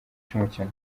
cy’umukino